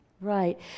Right